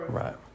right